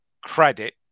credit